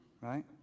Right